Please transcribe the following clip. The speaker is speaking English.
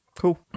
Cool